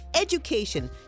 education